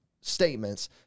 statements